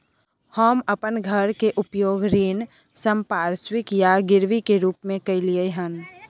हम अपन घर के उपयोग ऋण संपार्श्विक या गिरवी के रूप में कलियै हन